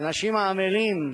האנשים העמלים,